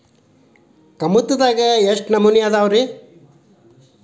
ಕಮತದಲ್ಲಿ ಎಷ್ಟು ನಮೂನೆಗಳಿವೆ ರಿ?